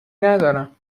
ندارم